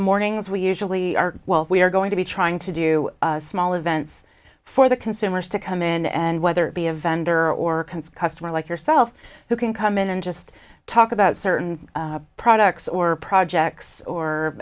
mornings we usually are well we are going to be trying to do small events for the consumers to come in and whether it be a vendor or customer like yourself who can come in and just talk about certain products or projects or